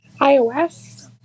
iOS